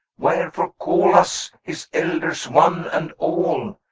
wherefore call us, his elders, one and all,